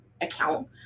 account